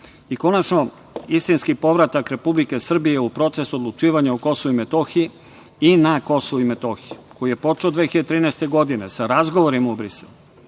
konačno, istinski povratak Republike Srbije u procesu odlučivanja o Kosovu i Metohiji, i na Kosovu i Metohiji, koji je počeo 2013. godine sa razgovorima u Briselu,